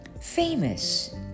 famous